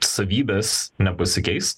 savybės nepasikeis